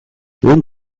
one